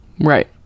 Right